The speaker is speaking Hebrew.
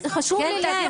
חשוב לי -- כן,